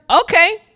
okay